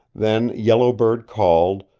then yellow bird called,